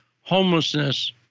homelessness